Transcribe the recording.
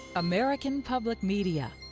american public media